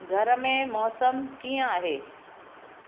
घर में मौसमु कीअं आहे